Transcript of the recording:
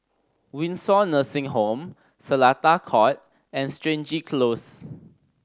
Windsor Nursing Home Seletar Court and Stangee Close